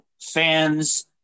fans